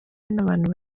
n’abantu